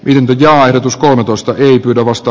impi ja ajatus musta ei pyydä vasta